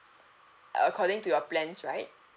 according to your plans right